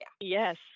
Yes